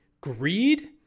Greed